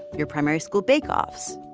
your primary school bake-offs,